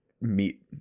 meet